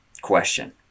question